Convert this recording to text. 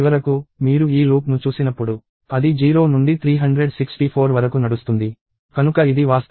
చివరకు మీరు ఈ లూప్ను చూసినప్పుడు అది 0 నుండి 364 వరకు నడుస్తుంది కనుక ఇది వాస్తవానికి 365 సార్లు నడుస్తుంది